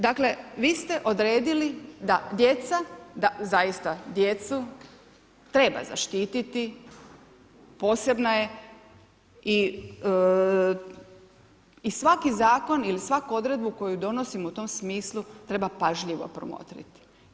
Dakle, vi ste odredili da djeca, da zaista djecu treba zaštititi, posebna je i svaki zakon ili svaku odredbu koju donosimo u tom smislu treba pažljivo promotriti.